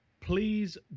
please